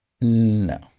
No